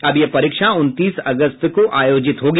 अब यह परीक्षा उनतीस अगस्त को आयोजित होंगी